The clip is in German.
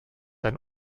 ein